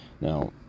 Now